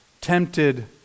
tempted